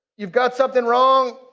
you've got something wrong.